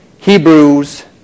Hebrews